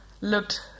looked